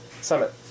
Summit